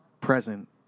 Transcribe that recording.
present